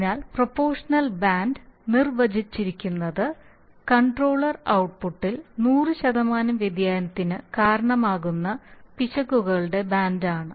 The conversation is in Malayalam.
അതിനാൽ പ്രൊപോഷണൽ ബാൻഡ് നിർവചിച്ചിരിക്കുന്നത് കൺട്രോളർ ഔട്ട്പുട്ടിൽ നൂറു ശതമാനം വ്യതിയാനത്തിന് കാരണമാകുന്ന പിശകുകളുടെ ബാൻഡാണ്